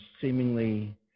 seemingly